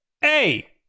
Hey